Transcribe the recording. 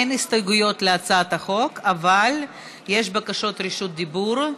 אין הסתייגויות להצעת החוק אבל יש בקשות רשות דיבור.